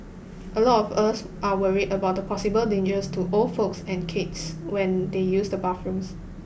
a lot of us are worried about the possible dangers to old folks and kids when they use the bathrooms